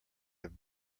have